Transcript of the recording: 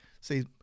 see